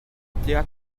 étaient